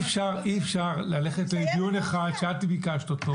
אבל אי אפשר ללכת לדיון אחד שאת ביקשת אותו,